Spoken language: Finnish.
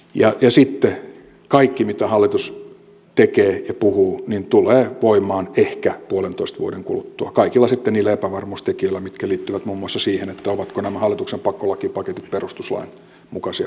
ja sitten kaikki mitä hallitus tekee ja puhuu tulee voimaan ehkä puolentoista vuoden kuluttua kaikilla niillä epävarmuustekijöillä mitkä liittyvät muun muassa siihen ovatko nämä hallituksen pakkolakipaketit perustuslain mukaisia vai eivätkö